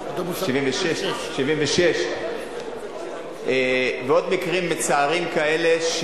1976. ועוד מקרים מצערים כאלה.